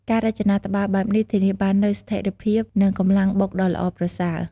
ការរចនាត្បាល់បែបនេះធានាបាននូវស្ថេរភាព និងកម្លាំងបុកដ៏ល្អប្រសើរ។